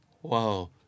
Whoa